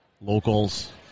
Locals